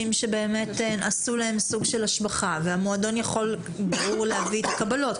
שעשו להם סוג של השבחה והמועדון יכול להביא את הקבלות,